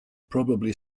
probably